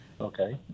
okay